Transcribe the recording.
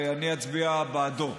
ואני אצביע בעדו,